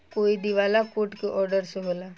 कोई दिवाला कोर्ट के ऑर्डर से होला